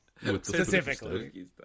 specifically